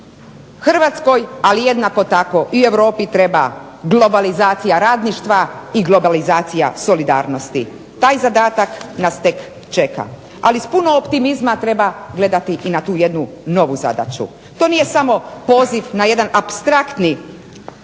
Hrvatskoj ali jednako tako i Europi treba globalizacija radništva i globalizacija solidarnosti, takav zadatak nas tek čeka. Ali s puno optimizma treba gledati na tu jednu novu zadaću. To nije samo poziv na jedan apstraktni